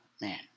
man